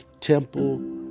temple